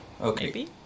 okay